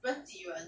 本地人